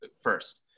first